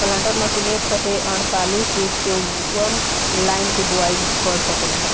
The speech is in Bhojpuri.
प्लांटर मशीन एक साथे अड़तालीस से चौवन लाइन के बोआई क सकेला